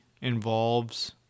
involves